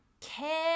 care